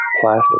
plastic